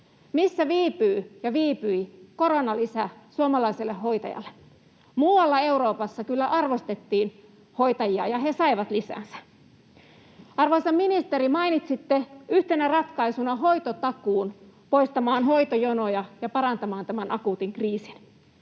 Missä viipyy — ja viipyi — koronalisä suomalaiselle hoitajalle? Muualla Euroopassa kyllä arvostettiin hoitajia ja he saivat lisänsä. Arvoisa ministeri, mainitsitte hoitotakuun yhtenä ratkaisuna poistamaan hoitojonoja ja parantamaan tämän akuutin kriisin.